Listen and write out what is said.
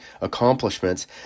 accomplishments